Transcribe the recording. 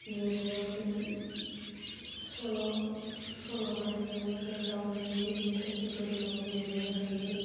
लिरनायाव जों सल' सल'मा लिरनायाव जों गावनि जिउनि थांखिफोरखौ लिरनो हायो